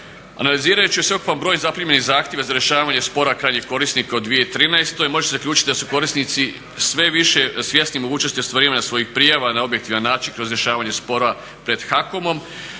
Analizirajući sveukupan broj zaprimljenih zahtjeva za rješavanja spora krajnjih korisnika u 2013.može se zaključiti da su korisnici sve više svjesni mogućnosti ostvarivanja svojih prijava na objektivan način kroz rješavanje spora pred HAKOM.